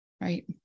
Right